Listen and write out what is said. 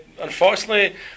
unfortunately